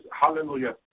hallelujah